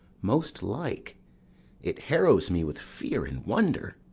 most like it harrows me with fear and wonder.